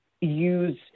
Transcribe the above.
use